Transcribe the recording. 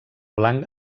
blanc